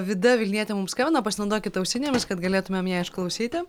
vida vilnietė mums skambina pasinaudokit ausinėmis kad galėtumėm ją išklausyti